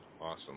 Awesome